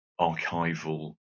archival